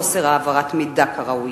חוסר העברת מידע כראוי.